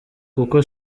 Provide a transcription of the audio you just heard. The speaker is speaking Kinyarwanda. kuko